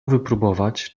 wypróbować